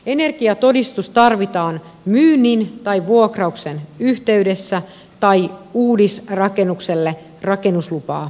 energiatodistus tarvitaan myynnin tai vuokrauksen yhteydessä tai uudisrakennukselle rakennuslupaa haettaessa